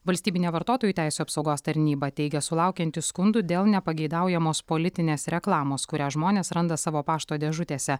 valstybinė vartotojų teisių apsaugos tarnyba teigia sulaukianti skundų dėl nepageidaujamos politinės reklamos kurią žmonės randa savo pašto dėžutėse